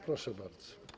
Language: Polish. Proszę bardzo.